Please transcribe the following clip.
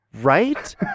Right